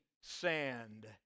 sand